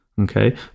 Okay